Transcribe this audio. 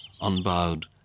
unbowed